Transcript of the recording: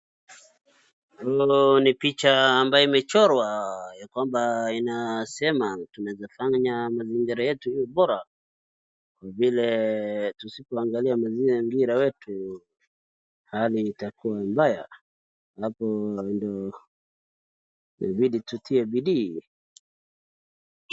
Hu ni picha ambayo imechorwa ya kwamba inasema tunaweza fanya mazingira yetu iwe bora, kwa vile tusipoangalia mazingira wetu, hali itakuwa mbaya. Hapo ndio imebidi tutie bidii.